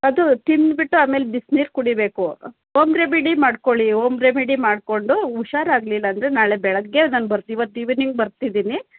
ಅದು ತಿಂದುಬಿಟ್ಟು ಆಮೇಲೆ ಬಿಸ್ನೀರು ಕುಡಿಬೇಕು ಓಮ್ ರೆಮಿಡಿ ಮಾಡ್ಕೊಳ್ಳಿ ಓಮ್ ರೆಮಿಡಿ ಮಾಡಿಕೊಂಡು ಹುಷಾರಾಗ್ಲಿಲ್ಲ ಅಂದರೆ ನಾಳೆ ಬೆಳಗ್ಗೆ ನಾನು ಬರ್ತ ಇವತ್ತು ಇವನಿಂಗ್ ಬರ್ತಿದೀನಿ